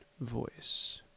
voice